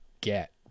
get